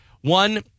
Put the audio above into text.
one